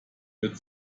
wird